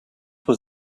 was